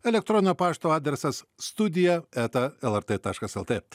elektroninio pašto adresas studija eta lrt taškas lt